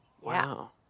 Wow